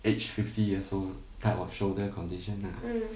age fifty years old type of shoulder condition lah